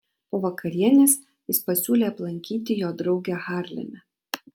po vakarienės jis pasiūlė aplankyti jo draugę harleme